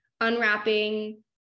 unwrapping